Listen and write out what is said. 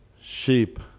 sheep